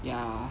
ya